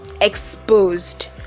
exposed